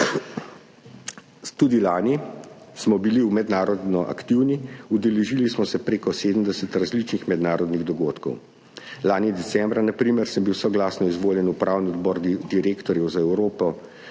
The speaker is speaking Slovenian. Tudi lani smo bili mednarodno aktivni. Udeležili smo se prek 70 različnih mednarodnih dogodkov. Lani decembra, na primer, sem bil soglasno izvoljen v Upravni odbor direktorjev za Evropo